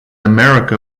america